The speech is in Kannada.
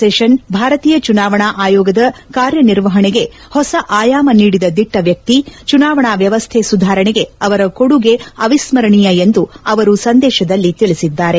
ಶೇಷನ್ ಭಾರತೀಯ ಭುನಾವಣಾ ಆಯೋಗದ ಕಾರ್ಯನಿರ್ವಹಣೆಗೆ ಹೊಸ ಆಯಾಮ ನೀಡಿದ ದಿಟ್ಟ ವ್ಯಕ್ತಿ ಚುನಾವಣಾ ವ್ಯವಸ್ಥೆ ಸುಧಾರಣೆಗೆ ಅವರ ಕೊಡುಗೆ ಅವಿಸ್ಕರಣೀಯ ಎಂದು ಅವರ ಸಂದೇಶದಲ್ಲಿ ತಿಳಿಸಿದ್ದಾರೆ